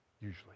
usually